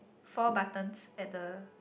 four buttons at the